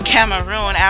Cameroon